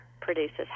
produces